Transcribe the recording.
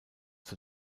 zur